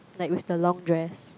like with the long dress